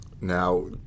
Now